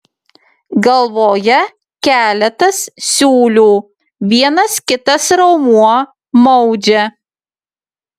galvoje keletas siūlių vienas kitas raumuo maudžia